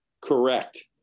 Correct